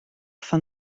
fan